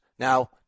Now